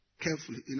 carefully